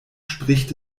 spricht